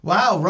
Wow